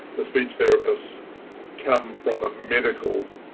the speech therapists come from a medical